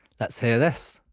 let's hear this.